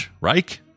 Reich